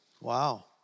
Wow